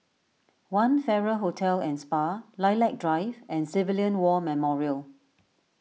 one Farrer Hotel and Spa Lilac Drive and Civilian War Memorial